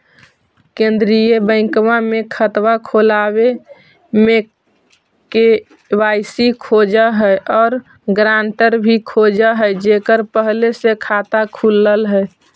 केंद्रीय बैंकवा मे खतवा खोलावे मे के.वाई.सी खोज है और ग्रांटर भी खोज है जेकर पहले से खाता खुलल है?